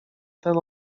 ten